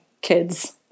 kids